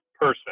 person